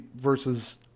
versus